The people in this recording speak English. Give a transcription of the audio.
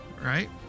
right